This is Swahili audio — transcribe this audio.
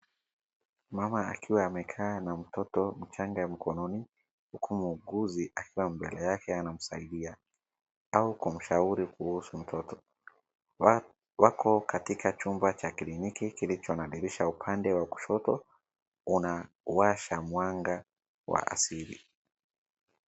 Mama akiwa amekaa na mtoto mchanga mkononi huku muuguzi akiwa mbele yake anamsaidia au kumshauri kuhusu mtoto. Wako katika chumba cha kliniki kilicho na dirisha upande wa kushoto unawasha mwanga wa asili.